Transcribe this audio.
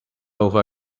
over